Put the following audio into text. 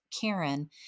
Karen